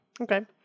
okay